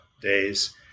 days